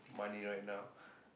money right now